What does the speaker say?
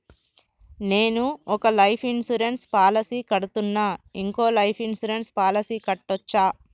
నేను ఒక life insurance policy కడ్తున్నా, ఇంకో లైఫ్ ఇన్సూరెన్స్ పాలసీ కట్టొచ్చా?